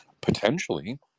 Potentially